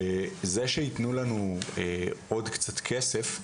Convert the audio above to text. וזה שיתנו לנו עוד קצת כסף,